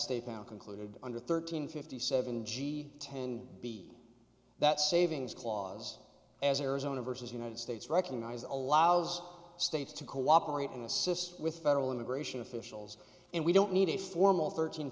state now concluded under thirteen fifty seven g ten b that's savings clause as arizona versus united states recognize allows states to cooperate and assist with federal immigration officials and we don't need a formal thirteen